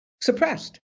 suppressed